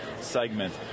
segment